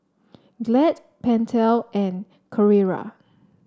Glad Pentel and Carrera